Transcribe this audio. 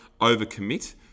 overcommit